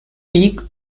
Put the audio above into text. peak